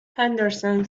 henderson